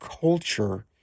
culture